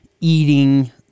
eating